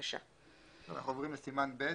סימן ב',